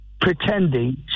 pretending